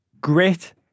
Grit